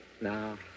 No